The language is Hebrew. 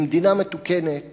במדינה מתוקנת